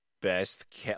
best